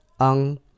Ang